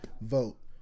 vote